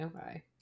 okay